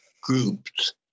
groups